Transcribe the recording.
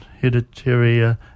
hereditary